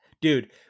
dude